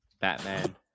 Batman